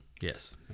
Yes